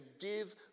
give